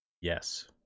Yes